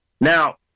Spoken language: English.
now